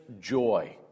joy